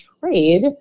trade